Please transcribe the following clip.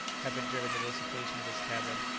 had been driven to the seclusion of his cabin,